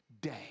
day